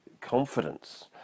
confidence